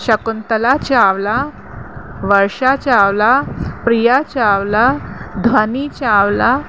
Shakuntala Chawla Varsha Chawla Priya Chawla Dhvani Chawla